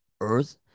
earth